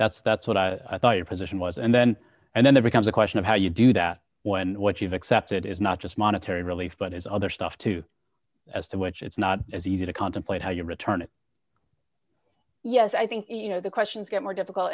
that's that's what i thought your position was and then and then it becomes a question of how you do that when what you've accepted is not just monetary relief but has other stuff too as to which it's not as easy to contemplate how you return it yes i think you know the questions get more difficult